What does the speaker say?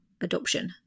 adoption